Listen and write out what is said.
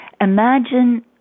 Imagine